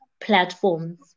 platforms